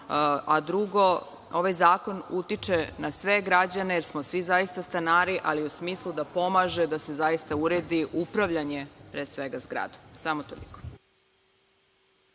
drugo, ovaj zakon utiče na sve građane, jer smo svi zaista stanari, ali u smislu da pomaže da se zaista uredi upravljanje, pre svega zgrada. Samo toliko